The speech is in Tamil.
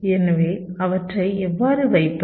எனவே அவற்றை எவ்வாறு வைப்பது